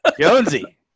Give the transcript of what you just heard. jonesy